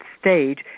stage